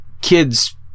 kids